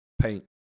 paint